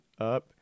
up